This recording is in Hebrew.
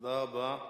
תודה רבה.